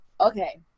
Okay